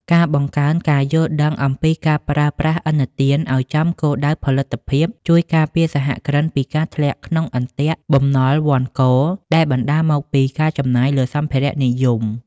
ការបង្កើនការយល់ដឹងអំពីការប្រើប្រាស់ឥណទានឱ្យចំគោលដៅផលិតភាព ជួយការពារសហគ្រិនពីការធ្លាក់ក្នុងអន្ទាក់បំណុលវណ្ឌកដែលបណ្ដាលមកពីការចំណាយលើសម្ភារៈនិយម។